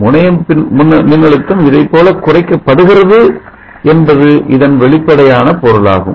முனைய மின்னழுத்தம் இதைப்போல குறைக்கப்படுகிறது என்பது இதன் வெளிப்படையான பொருளாகும்